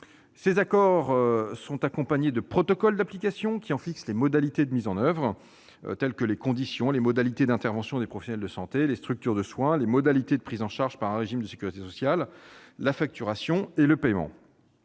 Ces accords sont accompagnés de protocoles d'application qui en fixent les modalités de mise en oeuvre, notamment les modalités d'intervention des professionnels de santé et des structures de soins, les modalités de prise en charge par un régime de sécurité sociale, la facturation et le paiement.